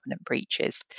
breaches